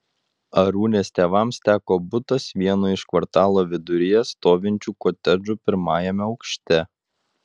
arūnės tėvams teko butas vieno iš kvartalo viduryje stovinčių kotedžų pirmajame aukšte